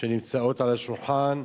שנמצאות על השולחן,